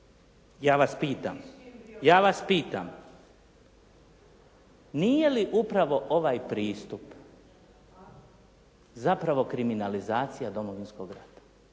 ne razumije./… Ja vas pitam nije li upravo ovaj pristup zapravo kriminalizacija Domovinskog rata?